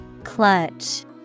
Clutch